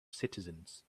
citizens